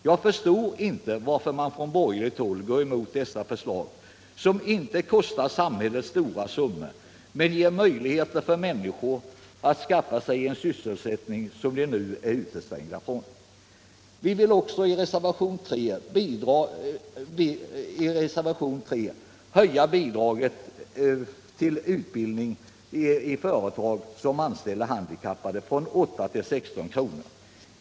Jag förstår inte varför man från borgerligt håll går emot dessa förslag, som inte kostar samhället stora summor men ger möjligheter för människor att skaffa sig en sysselsättning som de nu är utestängda från. Vi vill också i reservation 3 höja utbildningsbidraget till företag som anställer handikappade, från 8 till 16 kr.